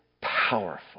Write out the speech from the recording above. powerful